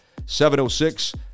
706